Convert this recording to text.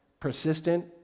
Persistent